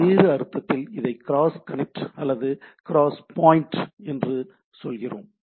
வேறு அர்த்தத்தில் இதை கிராஸ் கனெக்ட் அல்லது கிராஸ் பாய்ண்ட் என்று சொல்கிறோம்